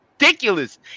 ridiculous